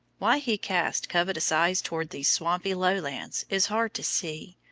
why he cast covetous eyes towards these swampy lowlands is hard to see,